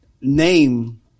name